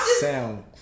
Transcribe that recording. sound